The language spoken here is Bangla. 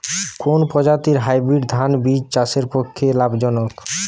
কোন প্রজাতীর হাইব্রিড ধান বীজ চাষের পক্ষে লাভজনক?